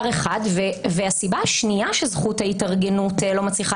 הסיבה השנייה שזכות ההתארגנות לא מצליחה